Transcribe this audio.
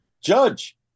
Judge